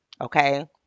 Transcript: Okay